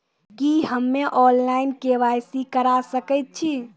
की हम्मे online, KYC करा सकैत छी?